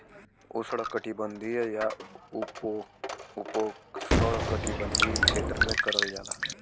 उष्णकटिबंधीय या उपोष्णकटिबंधीय क्षेत्र में करल जाला